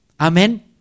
Amen